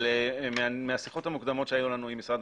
אבל משיחות מוקדמות שהיו לנו עם משרד